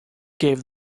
gave